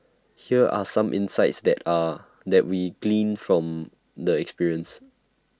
here are some insights that are that we gleaned from the experience